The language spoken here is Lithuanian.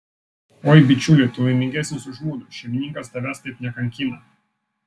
oi bičiuli tu laimingesnis už mudu šeimininkas tavęs taip nekankina